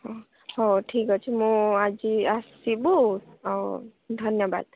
ହଁ ହେଉ ଠିକ ଅଛି ମୁଁ ଆଜି ଆସିବୁ ଆଉ ଧନ୍ୟବାଦ